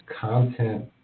content